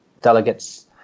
delegates